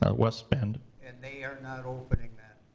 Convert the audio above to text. ah west bend. and they are not opening that?